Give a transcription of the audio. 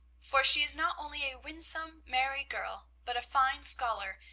for she is not only a winsome, merry girl, but a fine scholar,